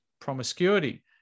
promiscuity